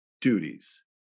duties